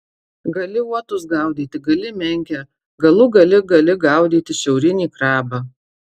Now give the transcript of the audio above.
gali uotus gaudyti gali menkę galų gale gali gaudyti šiaurinį krabą